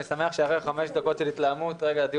אני שמח שאחרי חמש דקות של התלהמות הדיון